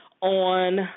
on